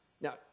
Now